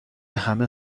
همه